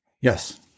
Yes